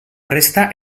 resta